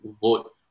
vote